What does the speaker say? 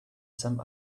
some